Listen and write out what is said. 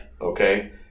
Okay